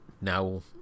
now